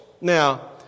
Now